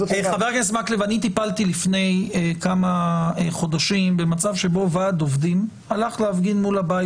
אני טיפלתי לפני כמה חודשים במצב שבו ועד עובדים הלך להפגין מול הבית